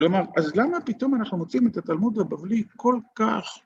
‫כלומר, אז למה פתאום ‫אנחנו מוצאים את התלמוד הבבלי כל כך...